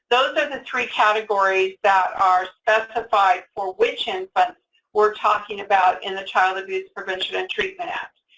those are the three categories that are specified for which infants we're talking about in the child abuse prevention and treatment act.